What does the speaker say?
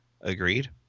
Agreed